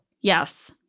Yes